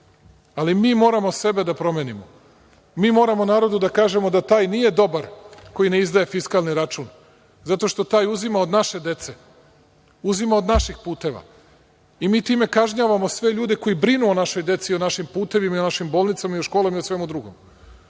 Ali, mi moramo sebe da promenimo. Mi moramo narodu da kažemo da taj nije dobar koji ne izdaje fiskalni račun, zato što taj uzima od naše dece, uzima od naših puteva. I, mi time kažnjavamo sve ljude koji brinu o našoj deci, o našim putevima o našim bolnicama, školama i o svemu drugom. Nemamo